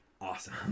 awesome